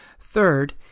Third